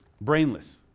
brainless